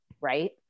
right